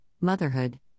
motherhood